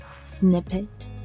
snippet